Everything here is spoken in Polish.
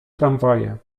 tramwaje